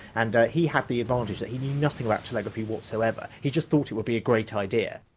and he had the advantage that he knew nothing about telegraphy whatsoever, he just thought it would be a great idea.